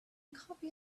copy